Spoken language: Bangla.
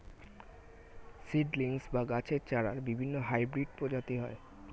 সিড্লিংস বা গাছের চারার বিভিন্ন হাইব্রিড প্রজাতি হয়